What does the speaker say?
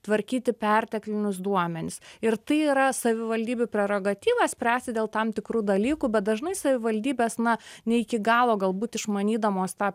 tvarkyti perteklinius duomenis ir tai yra savivaldybių prerogatyva spręsti dėl tam tikrų dalykų bet dažnai savivaldybės na ne iki galo galbūt išmanydamos tą